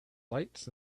lights